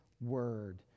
word